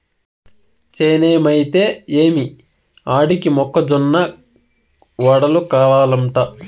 చేనేమైతే ఏమి ఆడికి మొక్క జొన్న వడలు కావలంట